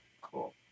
Cool